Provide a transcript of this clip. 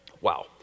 Wow